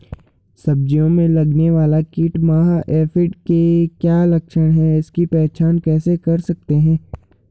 सब्जियों में लगने वाला कीट माह एफिड के क्या लक्षण हैं इसकी पहचान कैसे कर सकते हैं?